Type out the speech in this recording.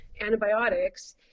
antibiotics